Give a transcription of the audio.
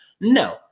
No